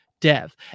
dev